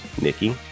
Nikki